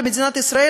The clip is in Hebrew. למדינת ישראל,